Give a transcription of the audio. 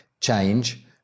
change